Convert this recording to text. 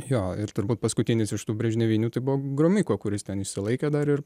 jo ir turbūt paskutinis iš tų brežnevinių tai buvo grumiko kuris ten išsilaikė dar ir